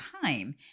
time